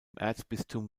erzbistum